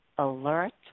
alert